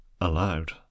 Aloud